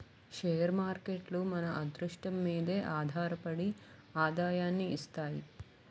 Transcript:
share మార్కేట్లు మన అదృష్టం మీదే ఆధారపడి ఆదాయాన్ని ఇస్తాయి